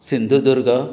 Sindhudurg